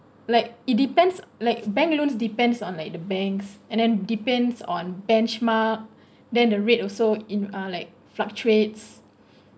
like it depends like bank loan depends on like the banks and then depends on benchmark then the rate also in uh like fluctuates